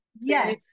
Yes